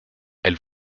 elle